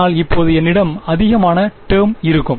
ஆனால் இப்போது என்னிடம் அதிகமான டேர்ம் இருக்கும்